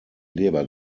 leber